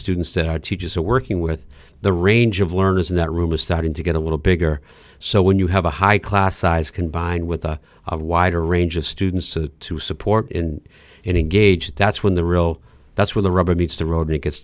students that our teachers are working with the range of learners and that room is starting to get a little bigger so when you have a high class size combined with a wider range of students to support in engage that's when the real that's where the rubber meets the road it gets